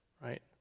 right